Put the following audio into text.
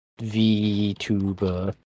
VTuber